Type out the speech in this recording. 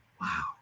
Wow